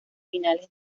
finales